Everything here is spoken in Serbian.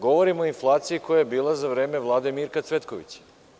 Govorim o inflaciji koja je bila za vreme vlade Mirka Cvetkovića.